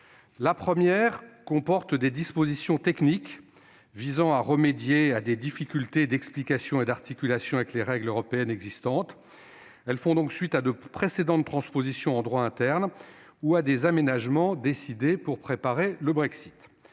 La première comporte des dispositions techniques visant à remédier à des difficultés d'explication et d'articulation avec les règles européennes existantes. Celles-ci font donc suite à de précédentes transpositions en droit interne ou à des aménagements décidés pour préparer le Brexit.